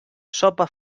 sopa